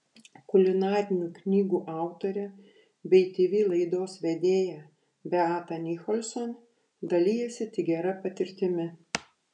kulinarinių knygų autorė bei tv laidos vedėja beata nicholson dalijosi tik gera patirtimi